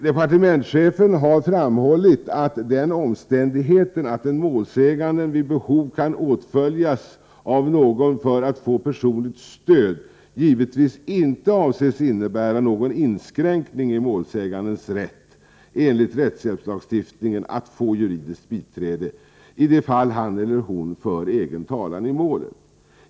Departementschefen har framhållit att den omständigheten att en målsägande vid behov kan åtföljas av någon för att få personligt stöd givetvis inte avses innebära någon inskränkning i målsägandens rätt enligt rättshjälpslagstiftningen att få juridiskt biträde i de fall han eller hon för egen talan i målet.